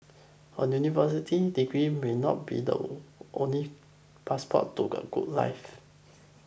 a university degree may not be the only passport to a good life